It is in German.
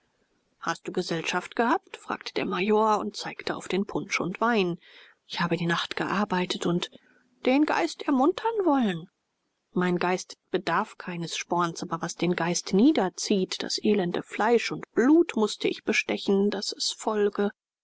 hast du gesellschaft gehabt fragte der major und zeigte auf den punsch und wein ich habe die nacht gearbeitet und den geist ermuntern wollen mein geist bedarf keines sporns aber was den geist niederzieht das elende fleisch und blut mußte ich bestechen daß es folge